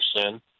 sin